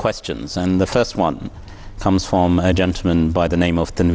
questions and the first one comes from a gentleman by the name of the